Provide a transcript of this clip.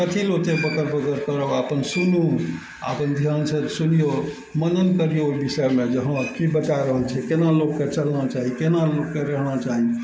कथी लए ओते बकर बकरब अपन सुनू अपन ध्यानसँ सुनियौ मनन करियौ ओइ विषयमे जे हमरा की बता रहल छै केना लोकके चलना चाही केना लोकके रहना चाही